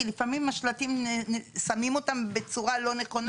כי לפעמים את השלטים שמים בצורה לא נכונה,